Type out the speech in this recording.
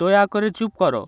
দয়া করে চুপ করো